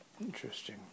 Interesting